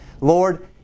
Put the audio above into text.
Lord